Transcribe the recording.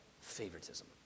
favoritism